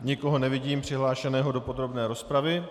Nikoho nevidím přihlášeného do podrobné rozpravy.